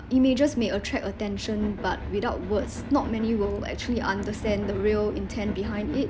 images may attract attention but without words not many will actually understand the real intent behind it